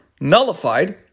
nullified